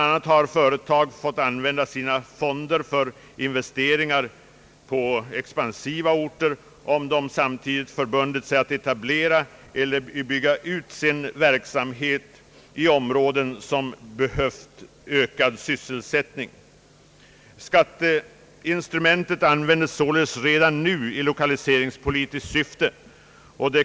a. har företag fått använda sina fonder för investeringar på expansiva orter, om de samtidigt förbundit sig att etablera eller att bygga ut sin verksamhet i områden som behövt ökad sysselsättning. Skatteinstrumentet användes således redan nu i lokaliseringspolitiskt syfte.